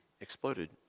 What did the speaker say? exploded